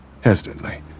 hesitantly